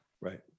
Right